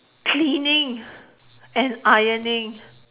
cleaning and ironing